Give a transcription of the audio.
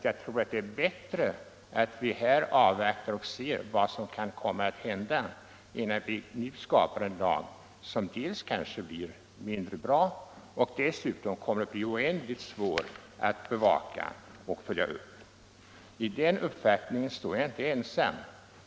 Jag tror att det är bättre att vi avvaktar och ser vad som kan komma att hända innan vi skapar en lag som kanske blir mindre bra och som dessutom kommer att bli oändligt svår att bevaka och följa upp. I den uppfattningen står jag inte ensam.